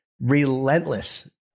relentless